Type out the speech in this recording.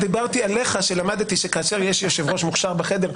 דיברתי עליך שלמדתי שכאשר יש יושב-ראש מוכשר בחדר,